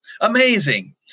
Amazing